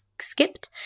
skipped